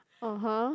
(uh huh)